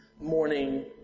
morning